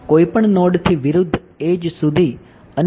કોઈપણ નોડથી વિરુદ્ધ એડ્જ સુધી અને પછી